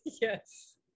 Yes